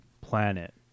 planet